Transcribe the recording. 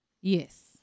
Yes